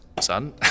son